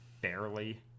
barely